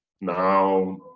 now